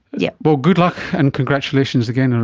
yeah but good luck and congratulations again, and